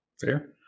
Fair